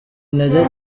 intege